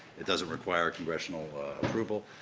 it doesn't require congressional approval.